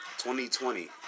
2020